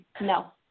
No